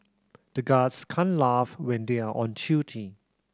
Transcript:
the guards can't laugh when they are on